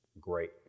great